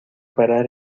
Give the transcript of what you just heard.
parar